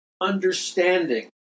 understanding